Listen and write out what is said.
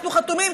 אנחנו חתומים.